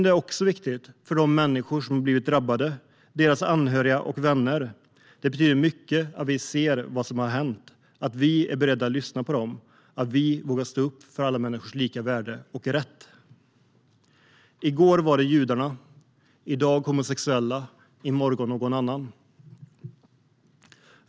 Det är också viktigt för dem som har drabbats och deras anhöriga och vänner. Det betyder mycket för dem att vi ser vad som har hänt, att vi är beredda att lyssna på dem och att vi vågar stå upp för alla människors lika värde och rätt. I går var det judarna, i dag homosexuella, i morgon någon annan.